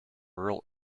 rural